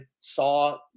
saw